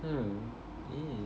mm